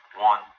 One